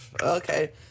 Okay